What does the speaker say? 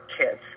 kids